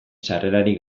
sarrerarik